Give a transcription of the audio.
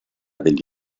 degli